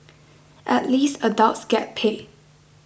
at least adults get paid